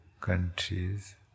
countries